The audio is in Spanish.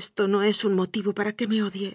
esto no es un motivo para que me odie